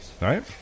right